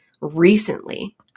recently